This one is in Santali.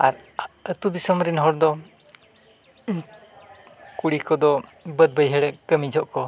ᱟᱨ ᱟᱛᱳ ᱫᱤᱥᱚᱢ ᱨᱮᱱ ᱦᱚᱲ ᱫᱚ ᱠᱩᱲᱤ ᱠᱚᱫᱚ ᱵᱟᱹᱫᱽ ᱵᱟᱹᱭᱦᱟᱹᱲ ᱠᱟᱹᱢᱤ ᱡᱚᱦᱚᱜ ᱠᱚ